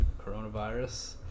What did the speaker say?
coronavirus